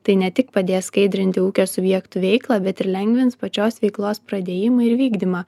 tai ne tik padės skaidrinti ūkio subjektų veiklą bet ir lengvins pačios veiklos pradėjimą ir vykdymą